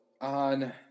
on